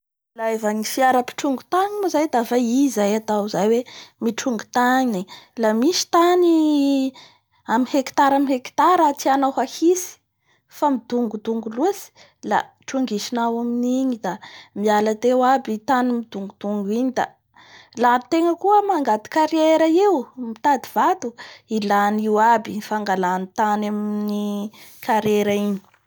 Ny ilaiva ny fiara mpitrongy tany moa zay dafa i zay, dafa i zay atao zay hoe mitrongo tany la misy tany amin'ny hekitara amin'ny hekitara tianao hahitsy fa dogodogo loatsy la trongisinao amin'igny i zay da miala teo aby i tany midongodongo la tegna koa mangady karera io, mihady vato da ila an'io aby amin'ny tany amin'ny karera igny.